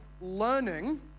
learning